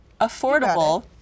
affordable